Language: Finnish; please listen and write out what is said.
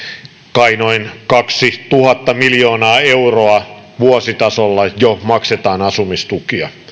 kai noin kaksituhatta miljoonaa euroa vuositasolla jo maksetaan asumistukia